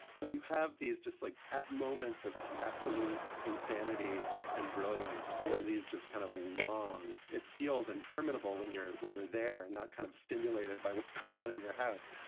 but you have these just like at moments of absolute insanity and brilliance and then these just kind of long it feels interminable when you're when you're there and not kind of stimulated by what's going on in your house.